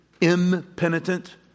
impenitent